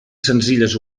senzilles